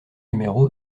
numéro